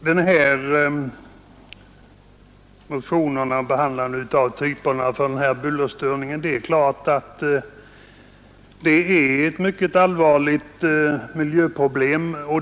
Vad beträffar de olika typerna av bullerstörning vill jag instämma i att dessa naturligtvis i många fall utgör ett mycket allvarligt miljöproblem.